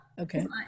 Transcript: Okay